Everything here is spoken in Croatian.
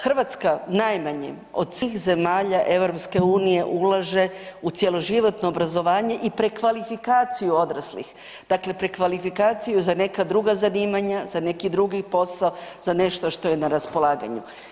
Hrvatska najmanje od svih zemalja EU ulaže u cjeloživotno obrazovanje i prekvalifikaciju odraslih, dakle prekvalifikaciju za neka druga zanimanja, za neki drugi posao, za nešto što je na raspolaganju.